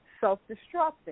self-destructing